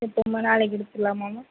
எப்போம்மா நாளைக்கு எடுத்துக்கலாமாம்மா